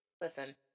listen